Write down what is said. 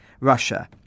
Russia